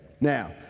Now